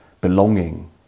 belonging